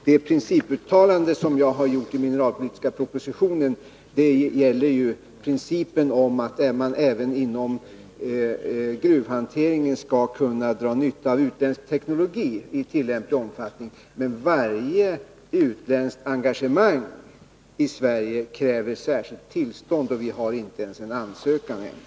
Det principuttalande som jag har gjort i mineralpolitiska propositionen gäller ju principen att man även inom gruvnäringen skall kunna dra nytta av utländsk teknologi i lämplig omfattning, men varje utländskt engagemang i Sverige kräver särskilt tillstånd, och vi har inte ens en ansökan ännu.